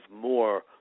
more